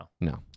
No